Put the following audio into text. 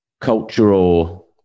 cultural